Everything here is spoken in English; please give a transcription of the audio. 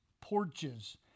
porches